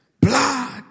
Blood